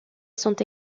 sont